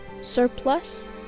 surplus